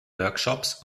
workshops